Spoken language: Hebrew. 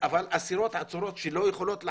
אבל עצירות,